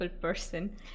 person